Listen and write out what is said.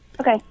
Okay